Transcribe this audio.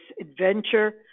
adventure